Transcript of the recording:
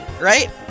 right